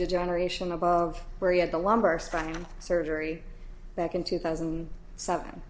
degeneration above where he had the lumbar spine surgery back in two thousand and seven